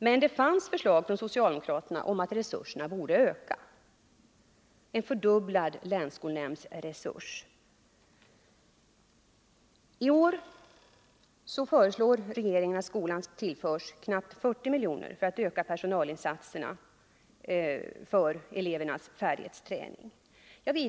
Men det finns förslag från socialdemokraterna om att resurserna borde öka — en fördubblad länsskolnämndsresurs. I år förutsätter regeringen att skolan tillförs knappt 40 milj.kr. för att öka personalinsatserna för elevernas färdighetsträning.